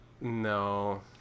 No